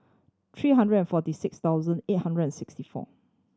three hundred and forty six thousand eight hundred and sixty four